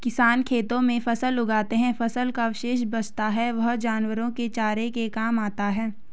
किसान खेतों में फसल उगाते है, फसल का अवशेष बचता है वह जानवरों के चारे के काम आता है